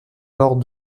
alors